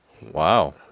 Wow